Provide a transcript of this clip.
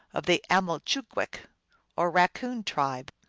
of the amalchoogweck or raccoon tribe.